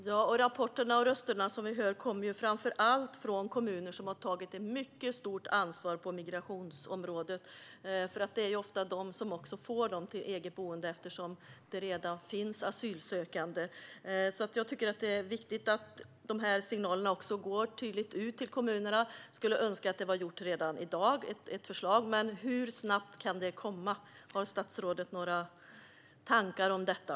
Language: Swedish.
Herr talman! Rapporterna och rösterna som vi hör kommer framför allt från kommuner som har tagit ett mycket stort ansvar på migrationsområdet. Det är ofta de som får sökande till eget boende eftersom där redan finns asylsökande. Jag tycker att det är viktigt att de här signalerna tydligt går ut till kommunerna. Jag skulle önska att det fanns ett förslag redan i dag. Hur snabbt kan det komma? Har statsrådet några tankar om detta?